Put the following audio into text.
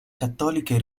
cattoliche